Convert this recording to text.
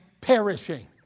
perishing